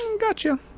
gotcha